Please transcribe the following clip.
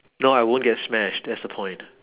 no I won't get smashed that's the point